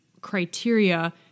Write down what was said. criteria